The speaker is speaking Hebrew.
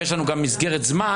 ויש לנו גם מסגרת זמן,